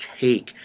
take